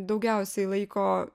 daugiausiai laiko